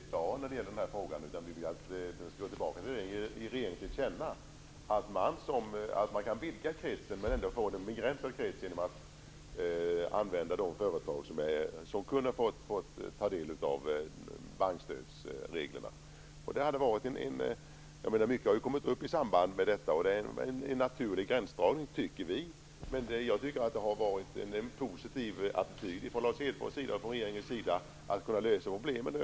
Herr talman! Vi behöver inte fatta beslut i denna fråga i dag. Vi vill ge regeringen till känna att man kan vidga kretsen men ändå få den begränsad genom att låta den omfatta de företag som kunnat ta del av bankstödsreglerna. Mycket har kommit upp i samband med detta. Det är en naturlig gränsdragning, tycker vi. Jag tycker att Lars Hedfors och regeringen har haft en positiv attityd när det gäller att lösa problemen.